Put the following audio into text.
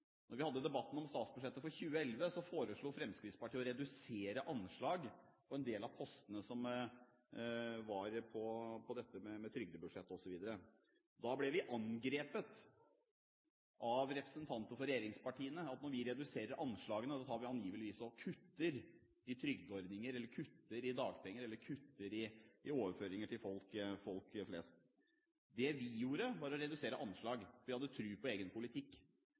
vi hadde debatten om statsbudsjettet for 2011, foreslo Fremskrittspartiet å redusere anslag for en del av postene på trygdebudsjettet, osv. Da ble vi angrepet av representanter for regjeringspartiene for at når vi reduserer anslagene, tar vi angivelig og kutter i trygdeordninger eller kutter i dagpenger eller kutter i overføringer til folk flest. Det vi gjorde, var å redusere anslag. Vi hadde tro på egen politikk.